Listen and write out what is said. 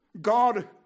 God